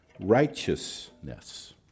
righteousness